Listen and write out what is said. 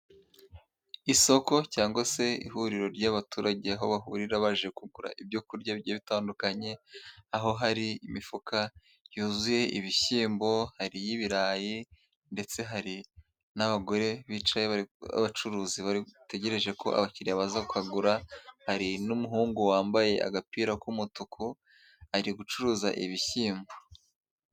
Isoko cyangwa se ihuriro ry'abaturage aho bahurira baje kugura ibyo kurya bitandukanye, aho hari imifuka yuzuye ibishyimbo, hari iy'ibirayi ndetse hari n'abagore bicaye b'abacuruzi bategereje ko abakiriya baza bakagura, hari n'umuhungu wambaye agapira k'umutuku ari gucuruza ibishyimbo.